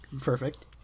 perfect